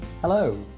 Hello